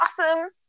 Awesome